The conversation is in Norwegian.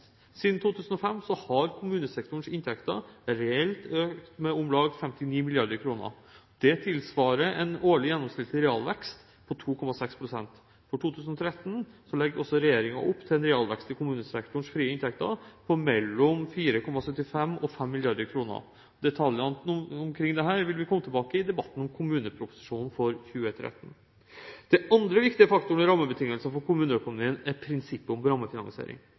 Siden 2005 har kommunesektorens inntekter reelt økt med om lag 59 mrd. kr. Det tilsvarer en årlig gjennomsnittlig realvekst på 2,6 pst. For 2013 legger også regjeringen opp til en realvekst i kommunesektorens frie inntekter på mellom 4,75 og 5 mrd. kr. Detaljene omkring dette vil vi komme tilbake til i debatten om kommuneproposisjonen for 2013. Den andre viktige faktoren i rammebetingelsene for kommuneøkonomien er prinsippet om rammefinansiering.